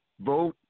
Vote